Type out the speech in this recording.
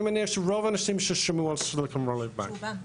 אני מניח שרוב האנשים שמעו על Silicon Valley Bank,